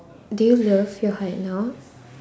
do you love your height now